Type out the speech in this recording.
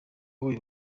wowe